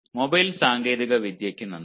mobile സാങ്കേതികവിദ്യയ്ക്ക് നന്ദി